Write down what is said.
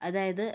അതായത്